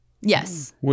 Yes